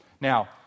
Now